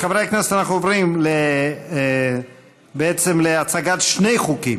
חברי הכנסת, אנחנו עוברים להצגת שני חוקים: